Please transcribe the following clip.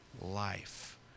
life